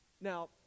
Now